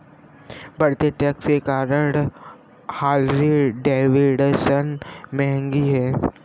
बढ़ते टैक्स के कारण हार्ले डेविडसन महंगी हैं